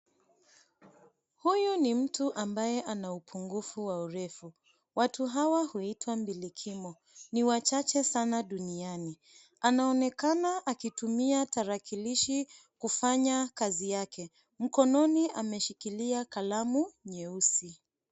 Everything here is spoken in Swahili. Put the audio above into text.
Huyu ni mtu ambaye ana upungufu wa urefu. Watu hawa huitwa mbilikimo, ni wachache sana duniani. Anaonekana akitumia tarakilishi, kufanya kazi yake. Mkononi ameshikilia kalamu nyeusi.